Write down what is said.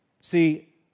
See